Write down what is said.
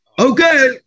okay